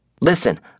Listen